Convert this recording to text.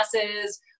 classes